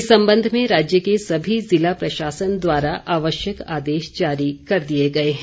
इस संबंध में राज्य के सभी जिला प्रशासन द्वारा आवश्यक आदेश जारी कर दिए गए हैं